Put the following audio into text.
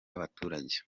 n’abaturage